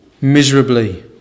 miserably